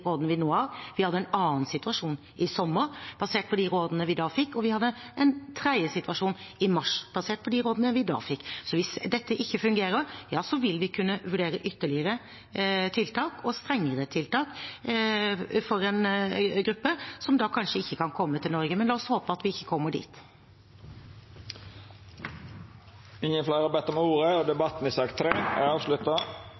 rådene vi da fikk, og vi hadde en tredje situasjon i mars basert på de rådene vi da fikk. Så hvis dette ikke fungerer, vil vi kunne vurdere ytterligere tiltak og strengere tiltak for en gruppe som da kanskje ikke kan komme til Norge. Men la oss håpe at vi ikke kommer dit. Fleire har ikkje bedt om ordet til sak nr. 3. Etter ynske frå kommunal- og